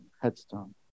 headstone